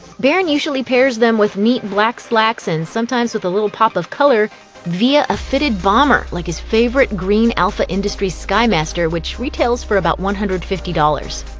barron usually pairs them with neat black slacks and sometimes with a little pop of color ivia a fitted bomber, like his favorite green alpha industries skymaster which retails for about one hundred and fifty dollars.